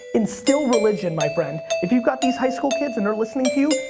instill religion, my friend. if you've got these high school kids and they're listening to you,